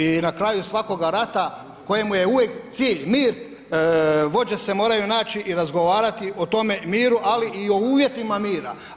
I na kraju svakoga rata kojemu je uvijek cilj mir vođe se moraju naći i razgovarati o tome miru, ali i o uvjetima mira.